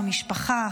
המשפחה,